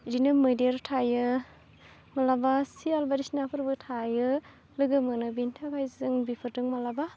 बिदिनो मैदेर थायो मालाबा सिलाय बायदिसिनाफोरबो थायो लोगो मोनो बिनि थाखाय जों बिफोरदों मालाबा